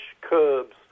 curbs